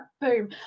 Boom